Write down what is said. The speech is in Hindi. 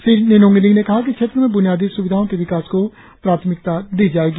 श्री निनोंग इरिंग ने कहा कि क्षेत्र में बुनियादी सुविधाओं के विकास को प्राथमिकता दी जाएगी